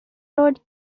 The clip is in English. road